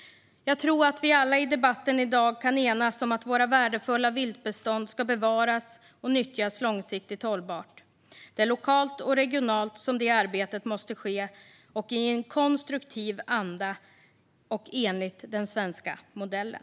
Jag tror att vi alla i debatten i dag kan enas om att våra värdefulla viltbestånd ska bevaras och nyttjas långsiktigt hållbart. Det är lokalt och regionalt som detta arbete måste ske, i en konstruktiv anda och enligt den svenska modellen.